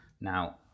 Now